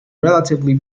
relatively